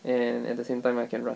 and at the same time I can run